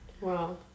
Wow